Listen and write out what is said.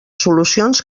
solucions